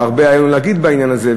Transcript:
והיה הרבה מה להגיד בעניין הזה,